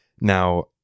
Now